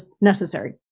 necessary